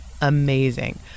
amazing